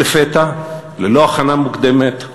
ולפתע, ללא הכנה מוקדמת,